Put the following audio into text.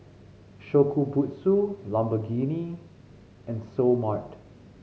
Shokubutsu Lamborghini and Seoul Mart